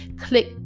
Click